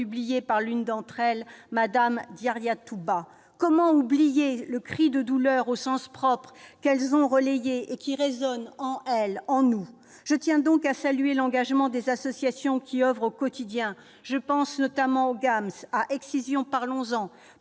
publié par l'une d'entre elles, Mme Diaryatou Bah ? Comment oublier le cri de douleur, au sens propre, qu'elles ont relayé et qui résonne en elles comme en nous ? Je tiens donc à saluer l'engagement des associations qui oeuvrent au quotidien- je pense notamment au GAMS et à Excision, parlons-en